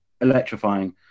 electrifying